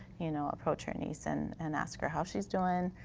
you know approach her niece and and ask her how she's doing.